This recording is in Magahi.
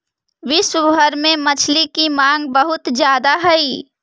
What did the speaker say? विश्व भर में मछली की मांग बहुत ज्यादा हई